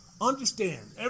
understand